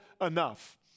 enough